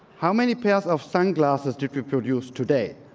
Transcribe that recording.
how many pairs off sunglasses disrepute used today?